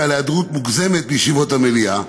על היעדרות מוגזמת מישיבות המליאה,